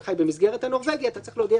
בכתב,